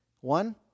One